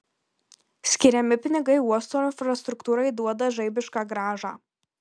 skiriami pinigai uosto infrastruktūrai duoda žaibišką grąžą